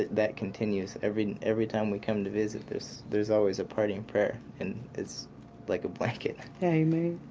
that continues every every time we come to visit this. there's always a parting prayer and it's like a blanket amen